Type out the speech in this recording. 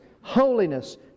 holiness